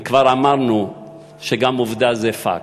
וכבר אמרנו שגם עובדה זה fact.